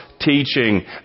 teaching